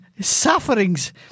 Sufferings